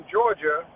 Georgia